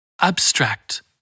Abstract